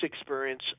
experience